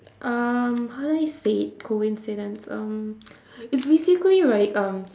um how do I say it coincidence um it's basically right um